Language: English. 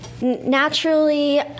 naturally